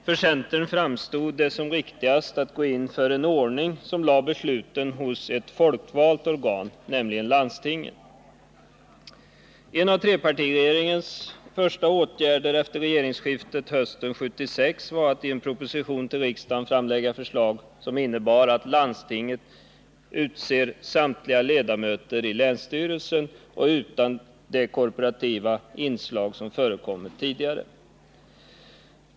För centern framtod det som riktigast att gå in för en ordning som lade besluten hos ett folkvalt organ, nämligen landstinget. En av trepartiregeringens första åtgärder efter regeringsskiftet hösten 1976 var att i en proposition till riksdagen framlägga förslag, som innebar att landstinget utser samtliga ledamöter i länsstyrelsen och utan det korporativa inslag som förekommit tidigare.